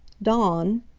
dawn!